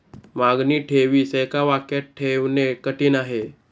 मागणी ठेवीस एका वाक्यात ठेवणे कठीण आहे